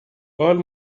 old